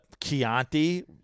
Chianti